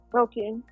Okay